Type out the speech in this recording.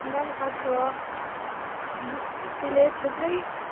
मन अथवा बु त्यसले थुप्रै